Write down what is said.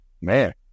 man